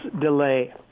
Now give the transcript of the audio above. delay